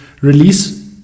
release